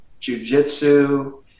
jujitsu